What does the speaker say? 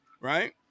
Right